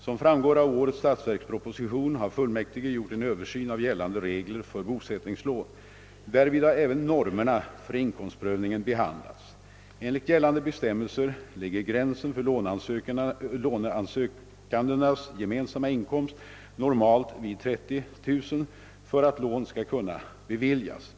Som framgår av årets statsverksproposition har fullmäktige gjort en översyn av gällande regler för bosättningslån. Därvid har även normerna för inkomstprövningen behandlats. Enligt gällande bestämmelser ligger gränsen för lånesökandenas gemensamma inkomst normalt vid 30 000 kronor för att lån skall kunna beviljas.